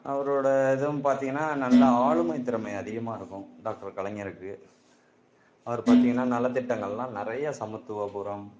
அவரோட இதுவும் பார்த்தீங்கன்னா நல்ல ஆளுமை திறமை அதிகமாக இருக்கும் டாக்டர் கலைஞருக்கு அவர் பார்த்தீங்கன்னா நலத்திட்டங்களெலாம் நிறையா சமத்துவபுரம்